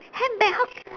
handbag how